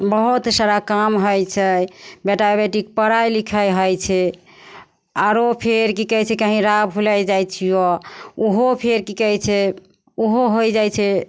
बहुत सारा काम होइ छै बेटा बेटीके पढ़ाइ लिखाइ होइ छै आरो फेर कि कहय छै कहीं राह भुलाय जाइ छियै ओहो फेर कि कहय छै ओहो होइ जाइ छै